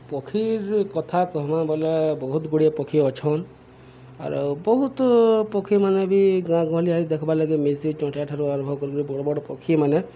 ପକ୍ଷୀର୍ କଥା କହେମା ବେଲେ ବହୁତ୍ ଗୁଡ଼େ ପକ୍ଷୀ ଅଛନ୍ ଆରୁ ବହୁତ୍ ପକ୍ଷୀମାନେ ବି ଗାଁ ଗହଲି ଆଡେ ଦେଖ୍ବାର୍ଲାଗି ମିଲ୍ଶି ଚଟିଆ ଠାରୁ ଆରମ୍ଭ କରି କରି ବଡ଼୍ ବଡ଼୍ ପକ୍ଷୀମାନେ